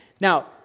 Now